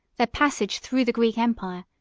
their passage through the greek empire,